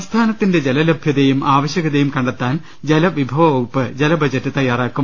സംസ്ഥാനത്തിന്റെ ജലലഭ്യതയും ആവശ്യകതയും കണ്ടെത്താൻ ജല വിഭവ വകുപ്പ് ജലബഡ്ജറ്റ് തയ്യാറാക്കും